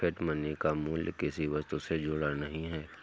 fiat money का मूल्य किसी वस्तु से जुड़ा नहीं है